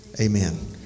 Amen